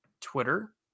Twitter